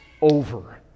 over